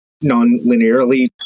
non-linearly